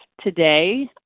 today